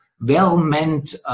well-meant